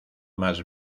más